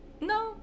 No